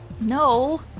no